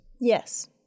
Yes